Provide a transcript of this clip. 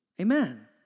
Amen